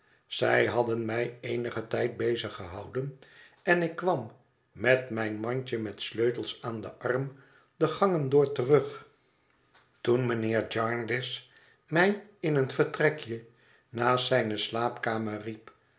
zij hadden mijeenigen tijd bezig gehouden en ik kwam met mijn mandje met sleutels aan den arm de gangen door terug toen mijnheer jarndyce mij in een vertrekje naast zijne slaapkamer riep